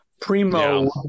primo